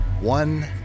One